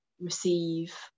receive